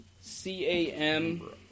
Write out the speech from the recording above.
C-A-M